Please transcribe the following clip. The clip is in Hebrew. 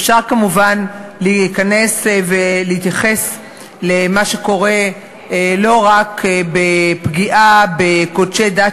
אפשר כמובן להיכנס ולהתייחס למה שקורה לא רק בפגיעה בקודשי דת,